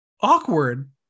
awkward